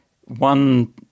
one